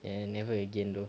ya never again though